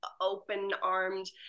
open-armed